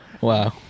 Wow